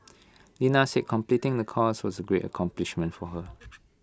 Lena said completing the course was A great accomplishment for her